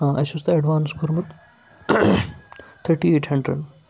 آ اَسہِ اوس تۄہہِ ایڈوانٕس کوٚرمُت تھٔٹی ایٹ ہَنڈرڈ